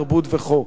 תרבות וכו'.